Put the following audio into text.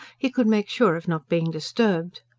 he could make sure of not being disturbed.